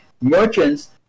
Merchants